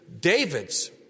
David's